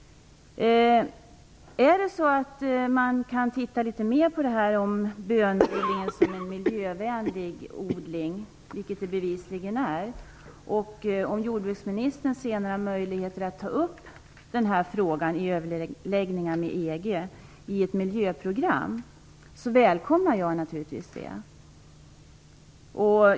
Kan man titta litet mer på bönodlingen som en miljövänlig odling, vilket den bevisligen är? Om jordbruksministern ser några möjligheter att ta upp den frågan i ett miljöprogram i senare överläggningar med EG välkomnar jag naturligtvis det.